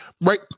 right